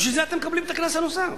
בשביל זה אתם מקבלים את הקנס הנוסף.